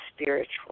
spiritual